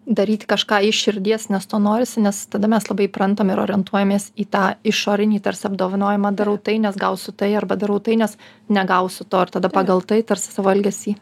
daryt kažką iš širdies nes to norisi nes tada mes labai įprantam ir orientuojamės į tą išorinį tarsi apdovanojimą darau tai nes gausiu tai arba darau tai nes negausiu to ir tada pagal tai tarsi savo elgesį